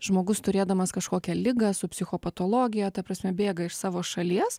žmogus turėdamas kažkokią ligą su psichopatologija ta prasme bėga iš savo šalies